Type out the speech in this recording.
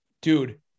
dude